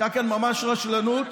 הייתה כאן ממש רשלנות,